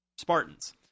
Spartans